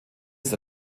ist